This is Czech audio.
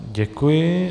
Děkuji.